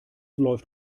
läuft